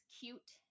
cute